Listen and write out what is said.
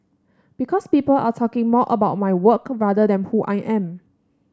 because people are talking more about my work rather than who I am